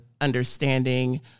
understanding